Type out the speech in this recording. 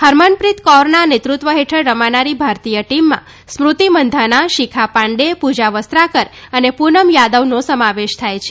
હરમનપ્રીત કૌરના નેતૃત્વ હેઠળ રમનારી ભારતીય ટીમમાં સ્મૃતિ મંધાના શીખા પાંડે પૂજા વસ્ત્રાકર અને પૂનમ યાદવનો સમાવેશ થાય છે